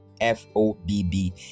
f-o-b-b